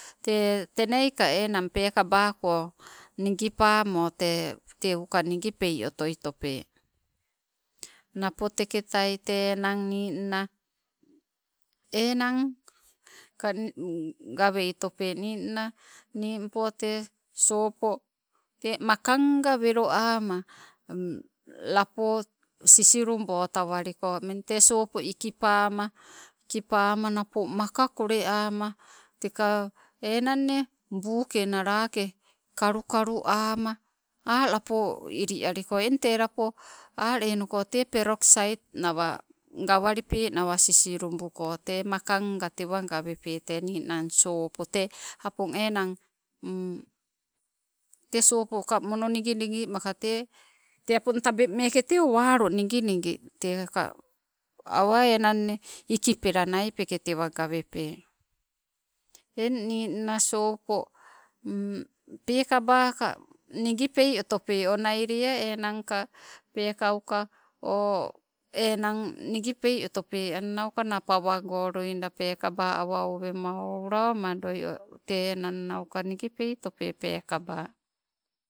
Tee tenaika enang peekabako nigipama te teuka nigipeiotope, napo teketai te ninna enang, gaweitope ninang, nimpo oi te sopo makan, nga welo ama, lepo sisilu botawaliko mmeng te sopo, ikipama, ikipama, napo maka koleama teka enang e, buu ke nala ke kalu kalu ama enang oh lapoo ilialiko eng tee lapo alenuko tee peroxsait nawa gawalipenawa sisilubuko te maka nga tewa gawepe te ninang sopo te apong enang te sopoo ka mono, nigi, nigi maka te, te opong tabeng meeke te o. Walo nigi nigi, tei ka awa enang e ikipela naipeke tewa gawepe, eng ninnang sopo pelaka ka nigipei etope onai lea enang ka pekauka oh, enang nigi peiotope annanka na, pawago loida pekauka awa owema o olowa madoio, tee enang nauka nigipeitope pekaba.